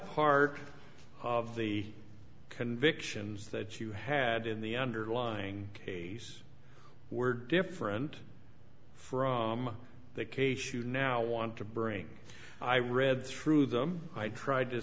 part of the convictions that you had in the underlying case were different from the case you now want to bring i read through them i tried to